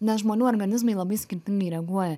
nes žmonių organizmai labai skirtingai reaguoja